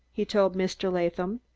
he told mr. latham.